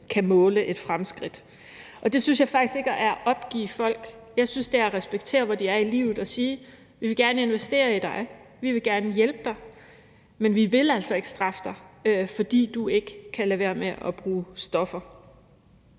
kan måle et fremskridt. Det synes jeg faktisk ikke er at opgive folk. Jeg synes, det er at respektere, hvor de er i livet, og sige: Vi vil gerne investere i dig, vi vil gerne hjælpe dig, men vi vil altså ikke straffe dig, fordi du ikke kan lade være med at bruge stoffer.